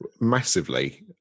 Massively